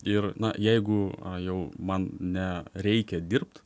ir na jeigu jau man nereikia dirbt